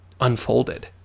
unfolded